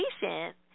patient